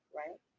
right